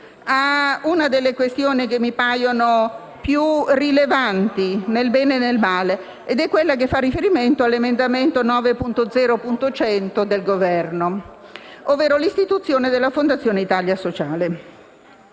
a una delle questioni che mi paiono più rilevanti, nel bene e nel male, che è quella che fa riferimento all'emendamento 9.0.100, del Governo, ovvero l'istituzione della Fondazione Italia sociale.